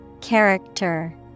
Character